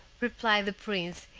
replied the prince,